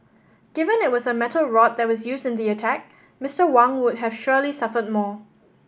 given it was a metal rod that was used in the attack Mister Wang would have surely suffered more